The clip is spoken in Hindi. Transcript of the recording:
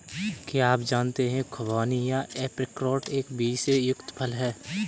क्या आप जानते है खुबानी या ऐप्रिकॉट एक बीज से युक्त फल है?